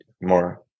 more